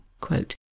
quote